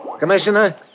Commissioner